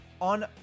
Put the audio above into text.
on